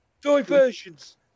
Diversions